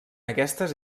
aquestes